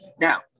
Now